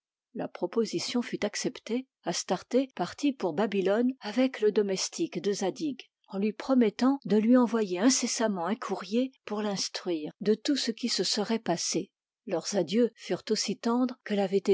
la proposition fut acceptée astarté partit pour babylone avec le domestique de zadig en lui promettant de lui envoyer incessamment un courrier pour l'instruire de tout ce qui se serait passé leurs adieux furent aussi tendres que